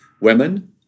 women